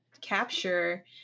capture